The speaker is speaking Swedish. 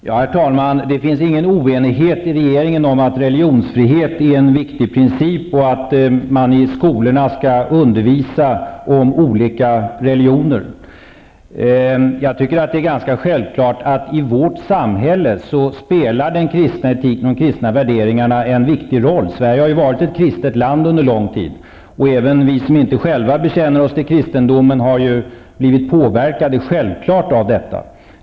Herr talman! Det råder i regeringen ingen oenighet om att religionsfrihet är en viktig princip och att man i skolan skall undervisa om olika religioner. Jag tycker att det är ganska självklart att den kristna etiken och de kristna värdena spelar en viktig roll i vårt samhälle. Sverige har varit ett kristet land under lång tid. Även vi som inte själva bekänner oss till kristendomen har självfallet blivit påverkade av detta.